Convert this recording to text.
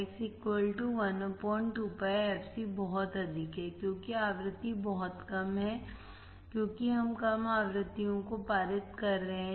X 1 बहुत अधिक है क्योंकि आवृत्ति बहुत कम है क्योंकि हम कम आवृत्तियों को पारित कर रहे हैं